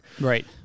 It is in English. Right